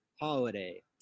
Holiday